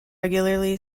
regularly